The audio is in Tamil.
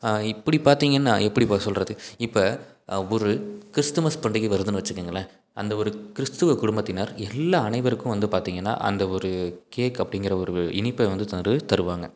இப்படி பார்த்திங்கன்னா எப்படி இப்போ சொல்லுறது இப்போ ஒரு கிறிஸ்துமஸ் பண்டிகை வருதுன்னு வச்சுக்கங்களேன் அந்த ஒரு கிறிஸ்துவ குடும்பத்தினர் எல்லா அனைவருக்கும் வந்து பார்த்திங்கன்னா அந்த ஒரு கேக் அப்படிங்கற ஒரு இனிப்பை வந்து தரு தருவாங்க